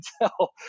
tell